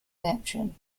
neptune